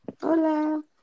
Hola